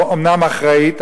אומנם אחראית,